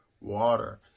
water